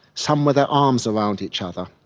some with their arms around each other,